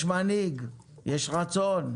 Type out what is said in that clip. יש מנהיג, יש רצון.